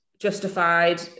justified